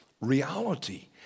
reality